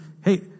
hey